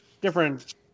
different